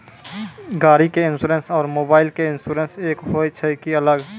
गाड़ी के इंश्योरेंस और मोबाइल के इंश्योरेंस एक होय छै कि अलग?